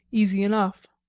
easy enough.